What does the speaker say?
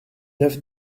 neuf